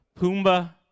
Pumbaa